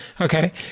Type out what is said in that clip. okay